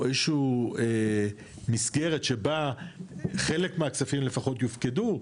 או איזשהו מסגרת שבה חלק מהכספים לפחות יופקדו,